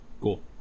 Cool